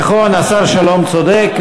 נכון, השר שלום צודק.